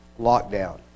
lockdown